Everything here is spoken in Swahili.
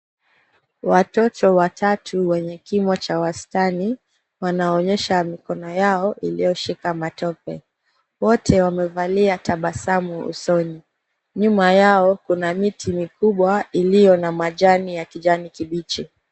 Watoto watatu wenye kimo cha wastani wanaonyesha mikono yao iliyoshika matope. Wote wamevalia tabasamu usoni. Nyuma yao kuna miti mikubwa iliyo na majani ya kijani kibichi.